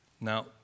Now